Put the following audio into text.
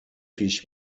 پیش